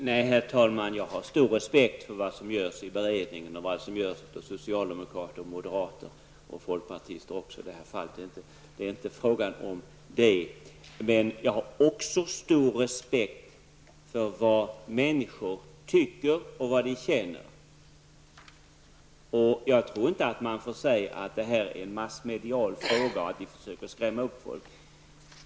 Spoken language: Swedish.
Herr talman! Jag har stor respekt för det arbete som görs i beredningen samt för vad som görs av socialdemokrater, moderater och folkpartister. Men det är inte det saken gäller. Jag har också stor respekt för vad människor tycker och känner. Jag tror inte att denna fråga kan sägas vara en massmedial fråga. Inte heller tror jag att det handlar om att vi försöker skrämma människor.